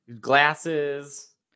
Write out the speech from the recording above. glasses